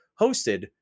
hosted